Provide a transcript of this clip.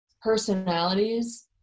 Personalities